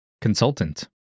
consultant